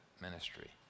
ministry